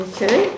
Okay